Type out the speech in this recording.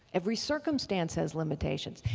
every circumstance has limitations.